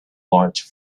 large